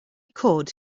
cod